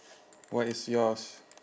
what is yours